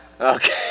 Okay